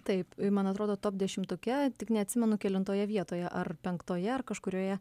taip man atrodo top dešimtuke tik neatsimenu kelintoje vietoje ar penktoje ar kažkurioje